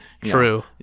True